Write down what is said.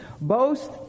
boast